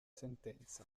sentenza